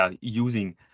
using